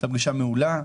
הייתה פגישה מעולה.